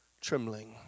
trembling